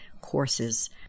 courses